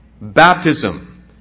baptism